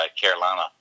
Carolina